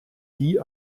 die